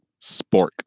Spork